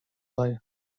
play